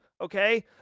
Okay